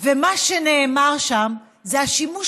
מה שנאמר שם זה השימוש